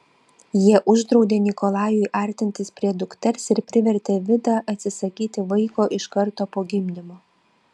jie uždraudė nikolajui artintis prie dukters ir privertė vidą atsisakyti vaiko iš karto po gimdymo